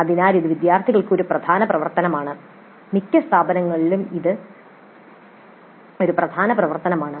അതിനാൽ ഇത് വിദ്യാർത്ഥികൾക്ക് ഒരു പ്രധാന പ്രവർത്തനമാണ് മിക്ക സ്ഥാപനങ്ങളിലും ഇത് ഒരു പ്രധാന പ്രവർത്തനമാണ്